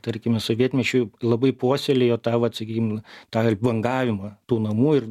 tarkime sovietmečiu labai puoselėjo tą vat sakykim tą bangavimą tų namų ir